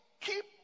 keep